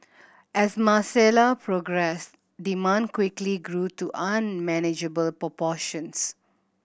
as Marcella progressed demand quickly grew to unmanageable proportions